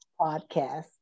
podcast